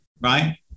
right